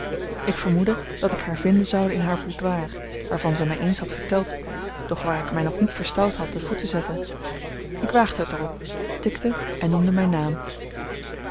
ik vermoedde dat ik haar vinden zoude in haar boudoir waarvan zij mij eens had verteld doch waar ik mij nog niet verstout had den voet te zetten ik waagde het er op tikte en noemde mijn naam